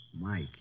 Mike